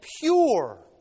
pure